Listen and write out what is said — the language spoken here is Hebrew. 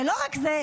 ולא רק זה,